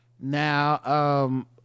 Now